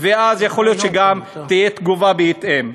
ואז יכול להיות שגם תהיה תגובה בהתאם.